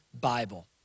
Bible